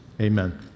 Amen